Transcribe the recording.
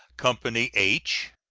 company h,